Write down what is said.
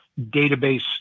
database